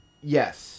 Yes